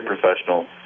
professional